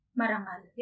marangal